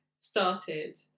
started